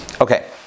Okay